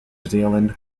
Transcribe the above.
zealand